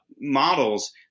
models